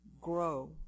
grow